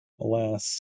Alas